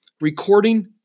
recording